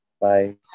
Bye